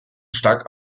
stark